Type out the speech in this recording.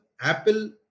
apple